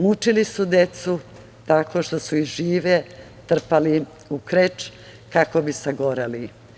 Mučili su decu tako što su ih žive trpali u kreč kako bi sagoreli.